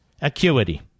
acuity